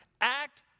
act